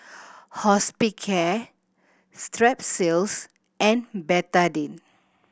Hospicare Strepsils and Betadine